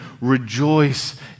rejoice